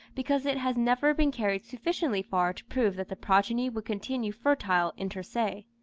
because it has never been carried sufficiently far to prove that the progeny would continue fertile inter se.